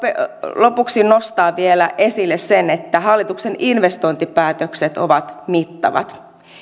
lopuksi vielä nostaa esille sen että hallituksen investointipäätökset ovat mittavat